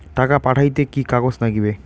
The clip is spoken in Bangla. টাকা পাঠাইতে কি কাগজ নাগীবে?